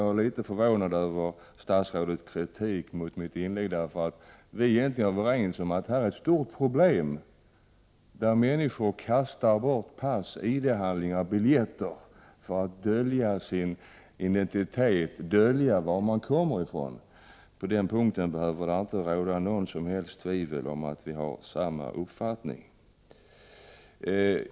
Jag är litet förvånad över statsrådets kritik mot mig — att jag i mitt inlägg skulle ha sagt att vi inte är överens om att det är ett stort problem när människor kastar pass, identitetshandlingar och biljetter för att dölja sin identitet och för att dölja varifrån de kommer. På den punkten behöver det inte råda något som helst tvivel om att vi har samma uppfattning.